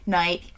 night